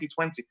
2020